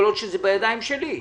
כל עוד שזה בידיים שלי,